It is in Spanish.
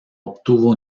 obtuvo